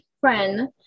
friend